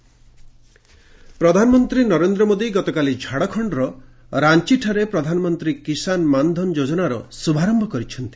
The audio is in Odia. ପିଏମ୍ କିଷାନ୍ ଯୋଜନା ପ୍ରଧାନମନ୍ତ୍ରୀ ନରେନ୍ଦ୍ର ମୋଦି ଗତକାଲି ଝାଡ଼ଖଣ୍ଡର ରାଞ୍ଚଠାରେ ପ୍ରଧାନମନ୍ତ୍ରୀ କିଷାନ୍ ମାନ୍ଧନ୍ ଯୋଜନାର ଶୁଭାରମ୍ଭ କରିଛନ୍ତି